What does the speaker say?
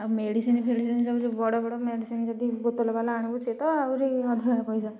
ଆଉ ମେଡ଼ିସିନ୍ ଫେଡ଼ିସିନ୍ ସବୁ ଯେଉଁ ବଡ଼ ବଡ଼ ମେଡ଼ିସିନ୍ ଯଦି ବୋତଲ ବାଲା ଆଣିବୁ ସେତ ଆହୁରି ଅଧିକ ପଇସା